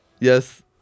Yes